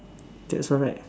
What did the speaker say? that's all right